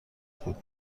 بود